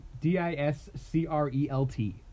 d-i-s-c-r-e-l-t